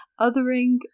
othering